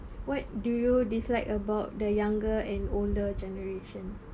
what do you dislike about the younger and older generation